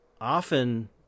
often